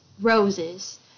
roses